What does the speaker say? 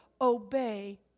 obey